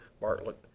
Bartlett